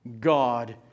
God